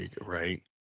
right